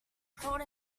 crawled